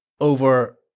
over